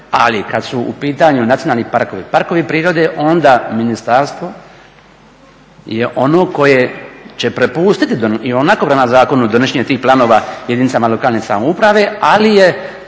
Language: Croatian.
ali kada su u pitanju nacionalni parkovi, parkovi prirode, onda ministarstvo je ono koje će prepustiti i onako prema zakonu donošenje tih planova jedinicama lokalne samouprave, ali je